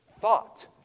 thought